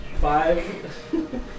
five